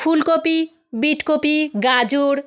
ফুলকপি বিটকপি গাজর